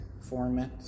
format